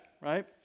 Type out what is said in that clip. right